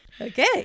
Okay